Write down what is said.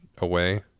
away